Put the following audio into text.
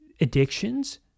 addictions